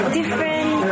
different